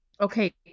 Okay